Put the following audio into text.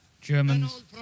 Germans